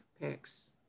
picks